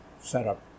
setup